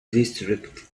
district